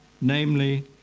namely